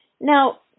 Now